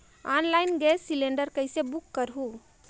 Online gas cylinder कइसे book करहु?